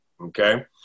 okay